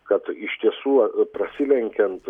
kad iš tiesų prasilenkiant